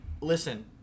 listen